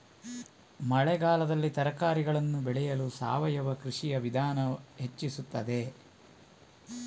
ಮಳೆಗಾಲದಲ್ಲಿ ತರಕಾರಿಗಳನ್ನು ಬೆಳೆಯಲು ಸಾವಯವ ಕೃಷಿಯ ವಿಧಾನ ಹೆಚ್ಚಿಸುತ್ತದೆ?